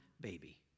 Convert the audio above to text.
baby